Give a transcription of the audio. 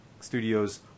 studios